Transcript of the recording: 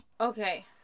Okay